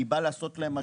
אני בא לעשות להן מסדרים,